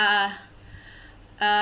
~(uh) uh